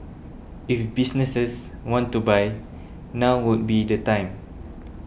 if businesses want to buy now would be the time